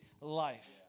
life